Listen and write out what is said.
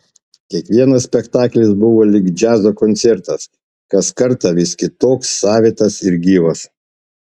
kiekvienas spektaklis buvo lyg džiazo koncertas kas kartą vis kitoks savitas ir gyvas